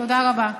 תודה רבה.